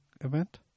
event